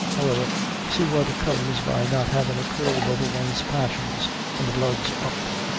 however see what comes by not havin' a curb over one's passions when the blood's up.